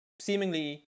seemingly